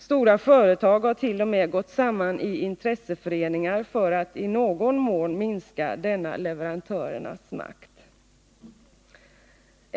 Stora företag har t.o.m. gått samman i intresseföreningar för att i någon mån minska denna leverantörernas makt.